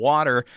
Water